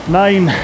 nine